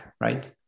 right